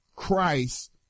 christ